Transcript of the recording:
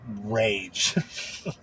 rage